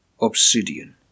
Obsidian